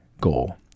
goal